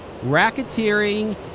racketeering